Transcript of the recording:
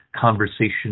conversation